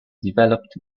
developed